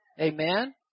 amen